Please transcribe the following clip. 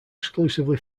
exclusively